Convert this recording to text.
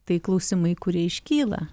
tai klausimai kurie iškyla